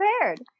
prepared